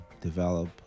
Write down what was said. develop